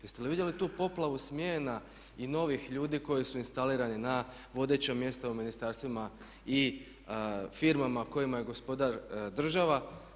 Jeste li vidjeli tu poplavu smjena i novih ljudi koji su instalirani na vodeća mjesta u ministarstvima i firmama kojima je gospodar država.